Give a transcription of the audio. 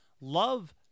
love